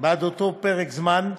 בעד אותו פרק זמן,